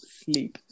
sleep